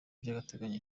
by’agateganyo